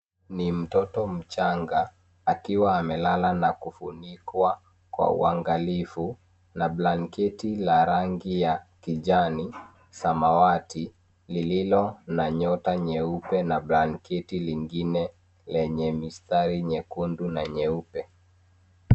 Ni mtoto mchanga akiwa amelala na kufunikwa kwa uangalifu na blanketi la rangi ya kijani, samawati lililo na nyota nyeupe na blanketi lingine lenye mistari nyekundu na nyeupe.